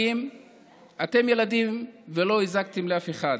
אתם ילדים ולא הזקתם לאף אחד.